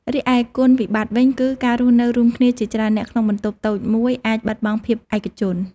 រីឯគុណវិបត្តិវិញគឺ ការរស់នៅរួមគ្នាជាច្រើននាក់ក្នុងបន្ទប់តូចមួយអាចបាត់បង់ភាពឯកជន ។